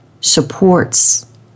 supports